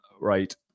right